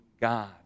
God